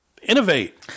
innovate